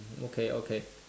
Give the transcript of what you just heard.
okay okay